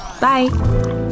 Bye